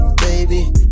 baby